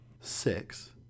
six